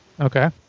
Okay